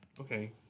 okay